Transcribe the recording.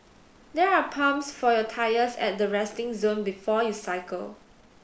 there are pumps for your tyres at the resting zone before you cycle